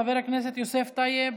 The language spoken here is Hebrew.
חבר הכנסת יוסף טייב,